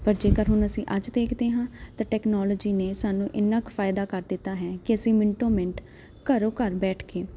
ਪਰ ਜੇਕਰ ਹੁਣ ਅਸੀਂ ਅੱਜ ਦੇਖਦੇ ਹਾਂ ਤਾਂ ਟੈਕਨੋਲੋਜੀ ਨੇ ਸਾਨੂੰ ਇੰਨਾ ਕੁ ਫ਼ਾਇਦਾ ਕਰ ਦਿੱਤਾ ਹੈ ਕਿ ਅਸੀਂ ਮਿੰਟੋ ਮਿੰਟ ਘਰੋਂ ਘਰ ਬੈਠ ਕੇ